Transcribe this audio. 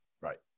Right